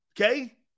Okay